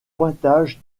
pointage